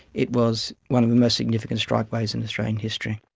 it was one of the most significant strike waves in australian history.